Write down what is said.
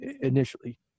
initially